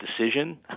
decision